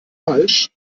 falsch